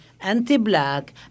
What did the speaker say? anti-black